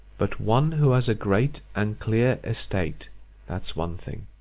but one who has a great and clear estate that's one thing.